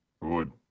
good